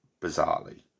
bizarrely